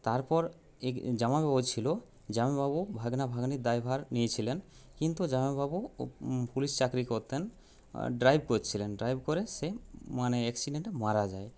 তারপর জামাইবাবু ছিল জামাইবাবু ভাগ্না ভাগ্নির দায়ভার নিয়েছিলেন কিন্তু জামাইবাবু পুলিশে চাকরি করতেন ড্রাইভ করছিলেন ড্রাইভ করে সে মানে অ্যাক্সিডেন্টে মারা যায়